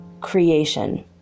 Creation